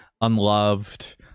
unloved